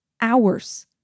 hours